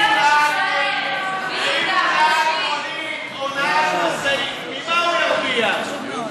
אפילו נהג מונית או נהג משאית, ממה הוא ירוויח?